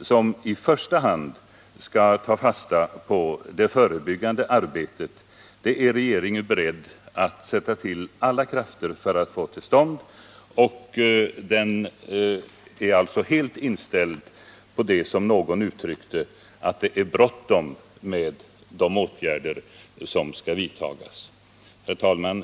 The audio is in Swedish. som i första hand skall ta fasta på det förebyggande arbetet. Regeringen är alltså helt inställd på att det, som någon uttryckte sig, är bråttom med de åtgärder som skall vidtas. Herr talman!